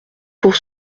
pour